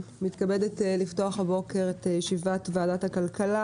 אני מתכבדת לפתוח הבוקר את ישיבת ועדת הכלכלה